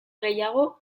gehiago